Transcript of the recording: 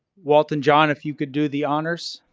walt and john if you could do the honors.